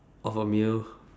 of a meal